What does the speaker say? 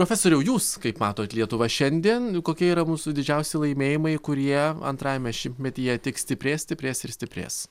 profesoriau jūs kaip matot lietuvą šiandien kokia yra mūsų didžiausi laimėjimai kurie antrajame šimtmetyje tik stiprės stiprės ir stiprės